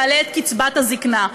יעלה את קצבת הזקנה.